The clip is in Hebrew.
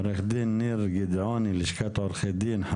עו"ד ניר גדעוני, לשכת עורכי הדין.